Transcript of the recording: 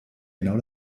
genau